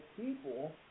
people